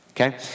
okay